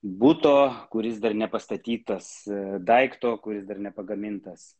buto kuris dar nepastatytas daikto kuris dar nepagamintas